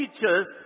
teachers